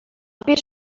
pis